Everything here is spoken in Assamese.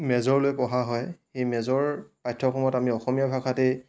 মেজৰলৈ পঢ়া হয় সেই মেজৰ পাঠ্যক্ৰমত আমি অসমীয়া ভাষাতেই